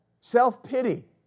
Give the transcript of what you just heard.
Self-pity